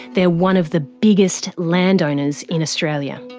they're one of the biggest land owners in australia.